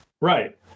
Right